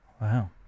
Wow